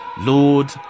Lord